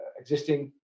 existing